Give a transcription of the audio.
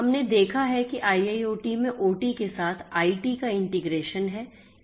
हमने देखा है कि IIoT में OT के साथ IT का इंटीग्रेशन है